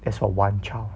that's for one child